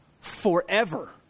forever